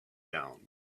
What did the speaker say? down